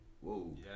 Whoa